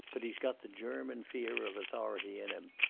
but he's got the german fear of authority in him.